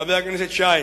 חבר הכנסת שי,